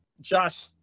Josh